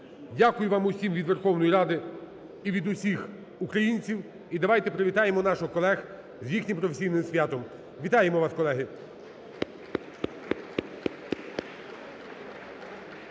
Дякую вам усім від Верховної Ради і від усіх українців. І давайте привітаємо наших колег з їхнім професійним святом. Вітаємо вас, колеги.